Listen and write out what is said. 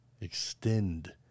extend